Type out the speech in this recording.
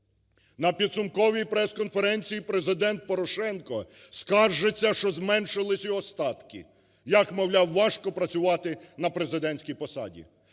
На підсумковій прес-конференції Президент Порошенко скаржиться, що зменшились його статки, як, мовляв, важко працювати на президентській посаді.